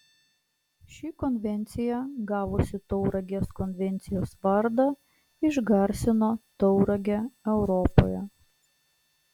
ši konvencija gavusi tauragės konvencijos vardą išgarsino tauragę europoje